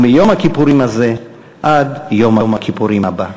ומיום הכיפורים הזה עד יום הכיפורים הבא.